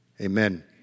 Amen